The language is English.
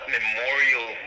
memorial